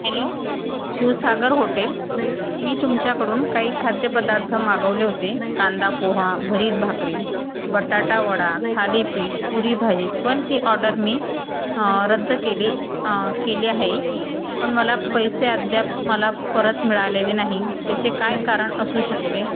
hello Shivsagar hotel मी तुमच्याकडून काही खाद्यपदार्थ मागवले होते कांदा पोहा भरीत भाकरी बटाटावडा थालीपीट पुरी भाजी पण ती ऑर्डर मी रद्द केली केली आहे पण मला पैसे अद्याप मला परत मिळालेले नाही त्याचे काय कारण असू शकते